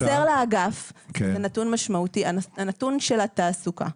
אבל חסר לאגף נתון משמעותי, הנתון של התעסוקה.